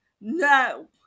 No